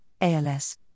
ALS